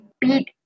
beat